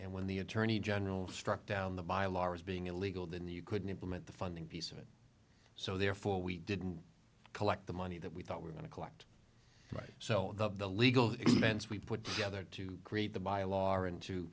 and when the attorney general struck down the bylaws being illegal then you couldn't implement the funding piece of it so therefore we didn't collect the money that we thought we're going to collect right so the the legal expense we put together to create the bylaw a